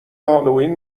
هالوین